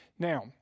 Now